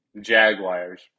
Jaguars